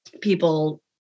people